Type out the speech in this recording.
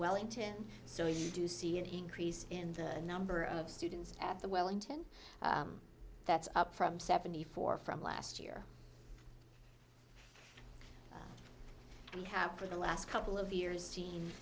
wellington so we do see an increase in the number of students at the wellington that's up from seventy four from last year and we have for the last couple of years seen